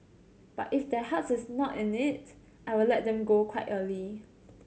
but if their heart is not in it I will let them go quite early